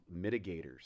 mitigators